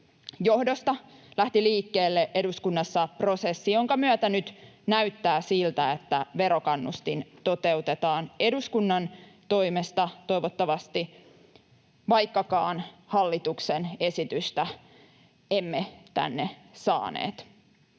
johdosta lähti liikkeelle eduskunnassa prosessi, jonka myötä nyt näyttää siltä, että verokannustin toteutetaan — toivottavasti — eduskunnan toimesta, vaikkakaan hallituksen esitystä emme tänne saaneet,